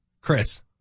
Chris